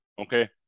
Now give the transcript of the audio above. Okay